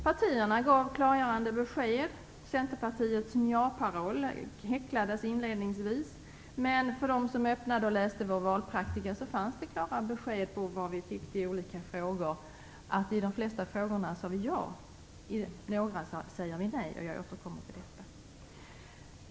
Partierna gav klargörande besked. Centerpartiets Njaparoll häcklades inledningsvis, men för den som öppnade och läste vår valpraktika fanns klara besked på vad vi tyckte i olika frågor. I de flesta frågor säger vi ja, i några nej - jag återkommer till detta.